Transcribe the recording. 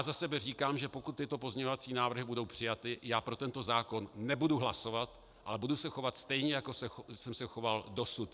Za sebe říkám, že pokud tyto pozměňovací návrhy budou přijaty, já pro tento zákon nebudu hlasovat, ale budu se chovat stejně, jako jsem se choval dosud.